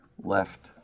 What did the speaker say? left